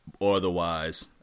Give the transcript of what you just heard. Otherwise